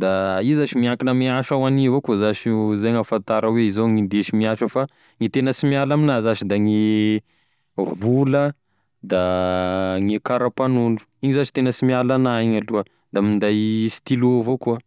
da io zash miankina ame asa ho hania avao koa zash io zay gn'ahafantara hoe izao gn'indesy miasa fa gne tegna sy miala amignah zash da gne vola da gne karampanondro, io zash tegna sy miala agnah igny aloha da minday stylo avao koa.